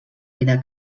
vida